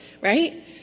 right